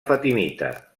fatimita